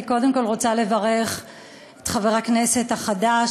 אני קודם כול רוצה לברך את חבר הכנסת החדש,